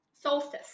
solstice